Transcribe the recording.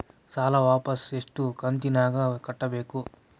ಸಾಲ ವಾಪಸ್ ಎಷ್ಟು ಕಂತಿನ್ಯಾಗ ಕಟ್ಟಬೇಕು?